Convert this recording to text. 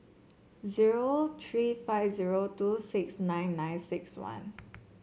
zero three five zero two six nine nine six one